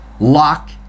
lock